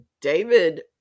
David